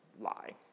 lie